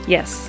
Yes